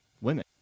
women